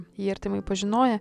jį artimai pažinoję